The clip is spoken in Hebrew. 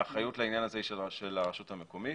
האחריות לעניין הזה היא של הרשות המקומית.